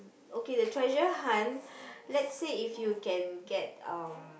okay the treasure hunt let's say if you can get um